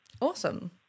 Awesome